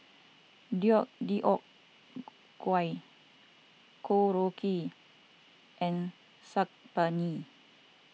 Deodeok Gui Korokke and Saag Paneer